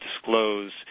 disclose